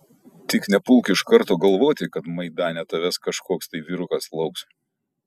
tik nepulk iš karto galvoti kad maidane tavęs kažkoks tai vyrukas lauks